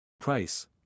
Price